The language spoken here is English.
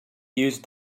used